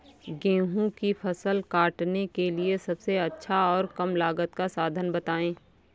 गेहूँ की फसल काटने के लिए सबसे अच्छा और कम लागत का साधन बताएं?